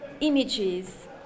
images